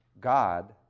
God